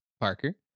Parker